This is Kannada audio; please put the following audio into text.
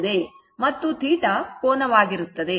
ಮತ್ತು θ ಕೋನವಾಗಿರುತ್ತದೆ